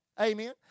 Amen